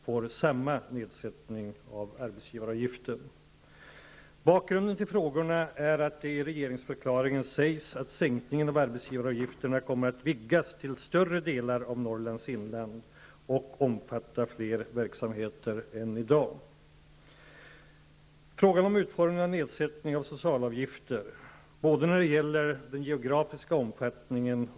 I dag tillhör tre av länets kommuner stödområde 2, som ej omfattas av den aviserade nedsättningen av arbetsgivaravgiften. Det gäller Åre, Bräcke och Östersunds kommuner. Den rimliga tolkningen av regeringsförklaringen bör vara att arbetsgivaravgiftsnedsättningen även skall gälla i dessa kommuner.